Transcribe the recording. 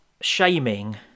shaming